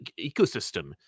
ecosystem